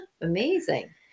amazing